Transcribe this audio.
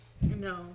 No